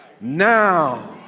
now